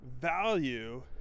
value